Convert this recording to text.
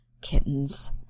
kittens